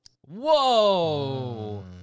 Whoa